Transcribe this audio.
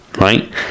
right